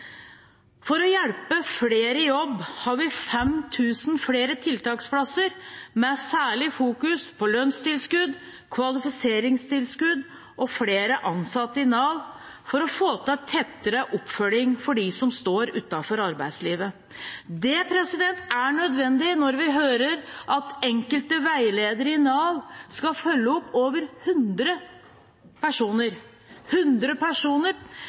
For å hjelpe flere i jobb har vi 5 000 flere tiltaksplasser, med særlig fokus på lønnstilskudd, kvalifiseringstilskudd og flere ansatte i Nav for å få til en tettere oppfølging av dem som står utenfor arbeidslivet. Det er nødvendig når vi hører at enkelte veiledere i Nav skal følge opp over 100 personer.